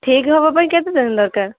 ଠିକ୍ ହେବା ପାଇଁ କେତେ ଦିନ ଦରକାର